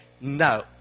No